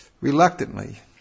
reluctantly